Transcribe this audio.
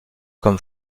comme